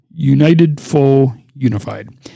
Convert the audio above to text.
UnitedFullUnified